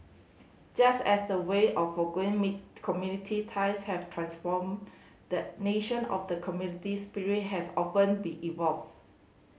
just as the way of community ties have transformed the nation of the community spirit has often be evolved